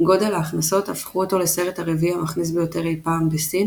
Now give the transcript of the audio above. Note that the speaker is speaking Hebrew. גודל ההכנסות הפכו אותו לסרט הרביעי המכניס ביותר אי פעם בסין